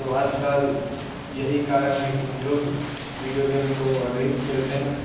तो आजकल यही कारण है कि हम लोग वीजियो गेम को अधिक खेलते हैं